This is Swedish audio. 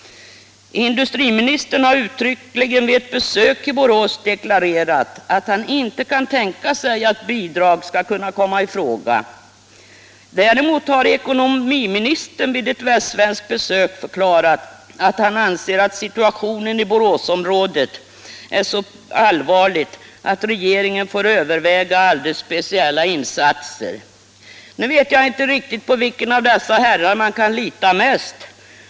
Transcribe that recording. Industriministern har uttryckligen vid ett besök i Borås deklarerat, att han inte kan tänka sig att bidrag skall kunna komma i fråga. Däremot har ekonomiministern vid ett västsvenskt besök förklarat att han anser att situationen i Boråsområdet är så prekär att regeringen får överväga alldeles speciella insatser. Nu vet jag inte riktigt på vilken av dessa herrar man kan lita mest.